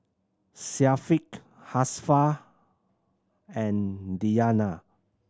Syafiq Hafsa and Diyana